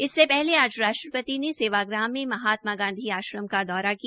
इससे पहले आज राष्ट्रपति से सेवाग्राम में महात्मा गांधी आश्रम का दौरा किया